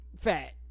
fat